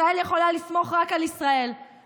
ישראל יכולה לסמוך רק על ישראל,